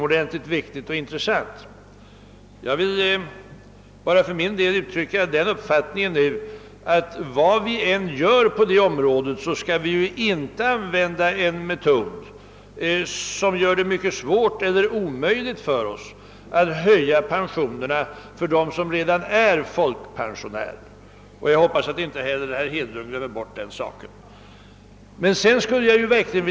Jag vill nu bara uttrycka den uppfattningen, att vi, vad vi än gör på det området, inte bör använda en metod som gör det svårt eller omöjligt för oss att höja pensionerna för dem som redan är folkpensionärer. Jag hoppas att inte heller herr Hedlund glömmer den saken.